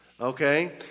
Okay